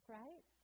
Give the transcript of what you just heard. right